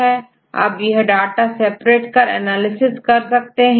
अब आप data separate कर एनालिसिस कर लेते हैं